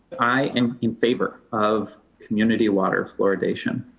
i am in favor of community water fluoridation.